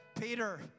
Peter